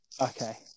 okay